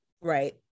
right